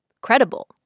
credible